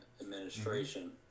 administration